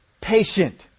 patient